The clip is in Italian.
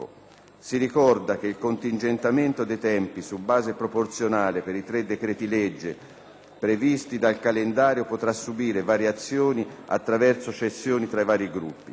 Si ricorda che il contingentamento dei tempi su base proporzionale per i tre decreti-legge previsti dal calendario potrà subire variazioni attraverso cessioni tra i Gruppi.